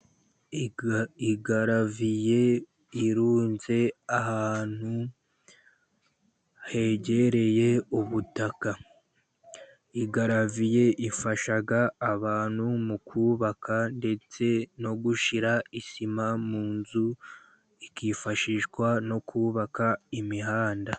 Igaraviye irunze ahantu hegereye ubutaka. Igaraviye ifasha abantu mu kubaka, ndetse no gushyira isima mu nzu. Ikifashishwa no kubaka imihanda.